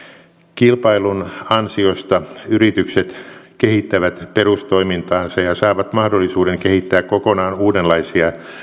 kilpailun ansiosta yritykset kehittävät perustoimintaansa ja saavat mahdollisuuden kehittää kokonaan uudenlaisia